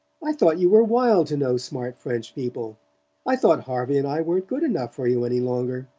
i thought you were wild to know smart french people i thought harvey and i weren't good enough for you any longer.